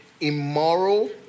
immoral